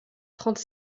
trente